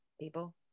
people